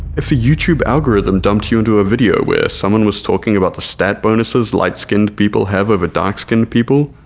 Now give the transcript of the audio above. if the youtube algorithm dumped you into a video where someone was talking about the stat bonuses light-skinned people have over dark-skinned people,